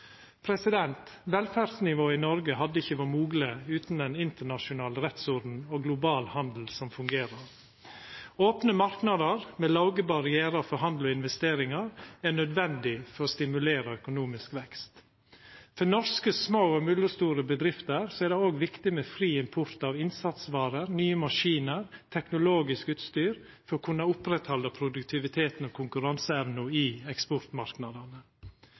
Velferdsnivået i Noreg hadde ikkje vore mogleg utan ein internasjonal rettsorden og ein global handel som fungerer. Opne marknader med låge barrierar for handel og investeringar er nødvendige for å stimulera økonomisk vekst. For norske små og mellomstore bedrifter er det òg viktig med fri import av innsatsvarer, nye maskiner og teknologisk utstyr for å kunna oppretthalda produktiviteten og konkurranseevna i